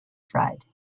fried